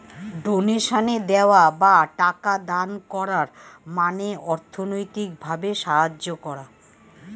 ডোনেশনে দেওয়া বা টাকা দান করার মানে অর্থনৈতিক ভাবে সাহায্য করা